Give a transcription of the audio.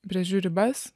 brėžiu ribas